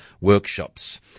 workshops